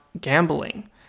gambling